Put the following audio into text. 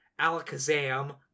Alakazam